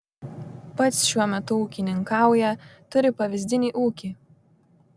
pats šiuo metu ūkininkauja turi pavyzdinį ūkį